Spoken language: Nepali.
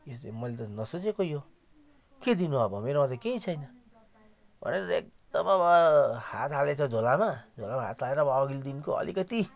यो चाहिँ मैले त नसोचेको यो के दिनु अब मेरोमा त केही छैन भनेर एकदम अब हात हालेछ झोलामा झोलामा हात हालेर अब अघिल्लो दिनको अलिकति